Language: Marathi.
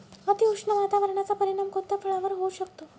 अतिउष्ण वातावरणाचा परिणाम कोणत्या फळावर होऊ शकतो?